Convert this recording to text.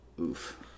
Oof